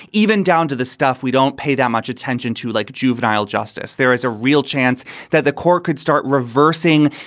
even down to the stuff we don't pay that much attention to, like juvenile justice. there is a real chance that the court could start reversing.